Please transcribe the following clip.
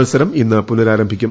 മത്സരം ഇന്ന് പുനരാരംഭിക്കും